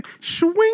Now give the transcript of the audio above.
Swing